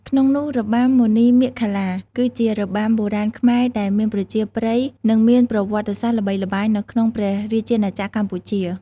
ក្នងនោះរបាំមុនីមាឃលា គឺជារបាំបុរាណខ្មែរដែលមានប្រជាប្រិយ និងមានប្រវត្តិសាស្ត្រល្បីល្បាញនៅក្នុងព្រះរាជាណាចក្រកម្ពុជា។